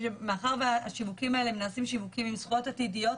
מאחר שהשיווקים נעשים עם זכויות עתידיות,